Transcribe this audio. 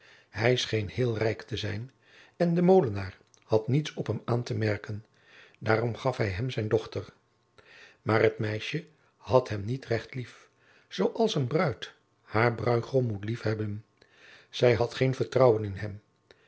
hij scheen heel rijk te zijn en de molenaar had niets op hem aan te merken daarom gaf hij hem zijn dochter maar het meisje had hem niet recht lief zooals een bruid haar bruigom moet liefhebben zij had geen vertrouwen in hem